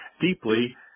deeply